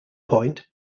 point